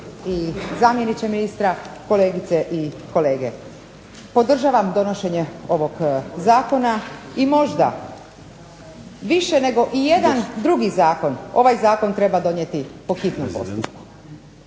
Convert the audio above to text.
i zamjeniče ministra, kolegice i kolege. Podržavam donošenje ovog zakona i možda više ijedan drugi zakon ovaj zakon treba donijeti po hitnom postupku.